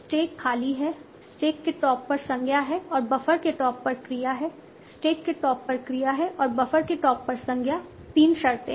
stack खाली है stack के टॉप पर संज्ञा है और बफर के टॉप पर क्रिया है स्टैक के टॉप पर क्रिया है और बफर के टॉप पर संज्ञा तीन शर्तें हैं